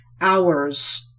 hours